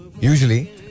usually